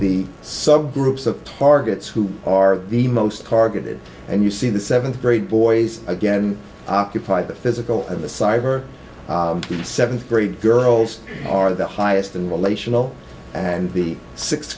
the subgroups of targets who are the most targeted and you see the seventh grade boys again occupy the physical and the cyber the seventh grade girls are the highest in relational and the sixth